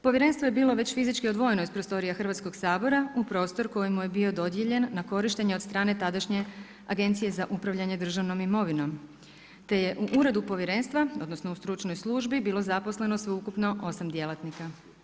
Povjerenstvo je bilo već fizički odvojeno iz prostorija Hrvatskog sabora u prostor koji mu je bio dodijeljen na korištenje od strane tadašnje Agencije za upravljanje državnom imovinom, te je u Uredu povjerenstva, odnosno u stručnoj službi bilo zaposleno sveukupno 8 djelatnika.